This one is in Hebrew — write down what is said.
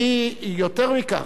יותר מכך,